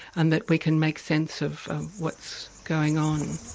and that we can make sense of what's going on.